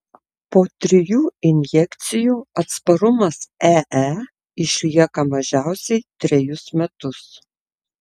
po trijų injekcijų atsparumas ee išlieka mažiausiai trejus metus